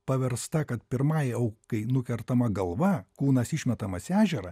paversta kad pirmai aukai nukertama galva kūnas išmetamas į ežerą